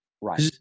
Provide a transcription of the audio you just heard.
Right